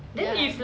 ya